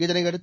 இதனையடுத்து